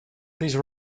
these